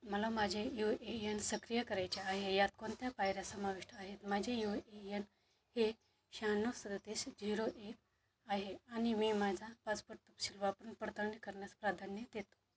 मला माझे U A N सक्रिय करायचे आहे यात कोणत्या पायऱ्या समाविष्ट आहेत माझे यू ए यन हे शहाण्णव सदतीस झिरो एक आहे आणि मी माझा पासपोर्ट तपशील वापरून पडताळणी करण्यास प्राधान्य देतो